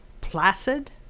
placid